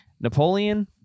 Napoleon